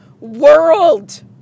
world